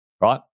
right